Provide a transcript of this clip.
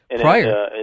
prior